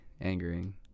angering